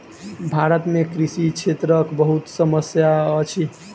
भारत में कृषि क्षेत्रक बहुत समस्या अछि